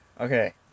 Okay